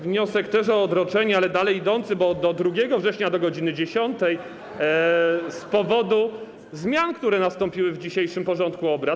Wniosek też o odroczenie, ale dalej idące, bo do 2 września do godz. 10, z powodu zmian, które nastąpiły w dzisiejszym porządku obrad.